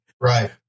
Right